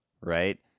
right